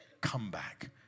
comeback